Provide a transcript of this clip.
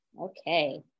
okay